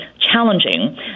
challenging